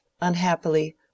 Unhappily